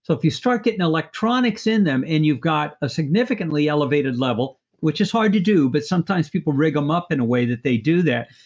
so if you struck and electronics in them and you've got a significantly elevated level, which is hard to do, but sometimes people rig them up in a way that they do that,